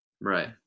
right